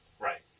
right